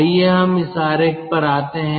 आइए हम इस आरेख पर आते हैं